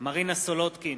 מרינה סולודקין,